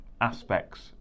aspects